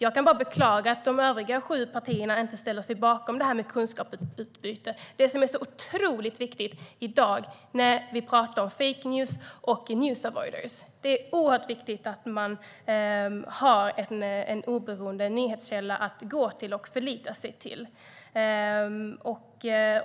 Jag kan bara beklaga att de övriga sju partierna inte ställer sig bakom detta med kunskapsutbyte, det som är otroligt viktigt i dag när vi pratar om fake news och news avoiders. Det är oerhört viktigt att man har en oberoende nyhetskälla att gå till och förlita sig på.